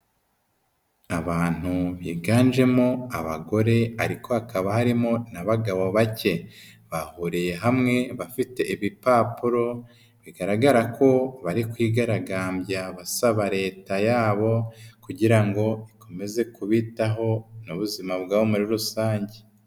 Abantu biganjemo abagore ariko hakaba harimo n'abagabo bake. Bahuriye hamwe bafite ibipapuro bigaragara ko bari kwigaragambya basaba leta yabo kugirango ikomeze kubitaho n'ubuzima bwabo muri rusange.